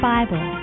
Bible